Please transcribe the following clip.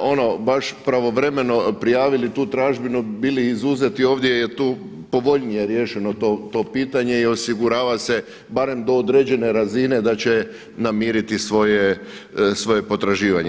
ono baš pravovremeno prijavili tu tražbinu, bili izuzeti ovdje je tu povoljnije riješeno to pitanje i osigurava se barem do određene razine da će namiriti svoje potraživanje.